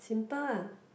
simple ah